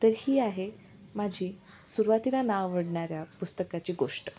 तर ही आहे माझी सुरवातीला ना आवडणाऱ्या पुस्तकाची गोष्ट